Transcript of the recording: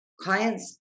clients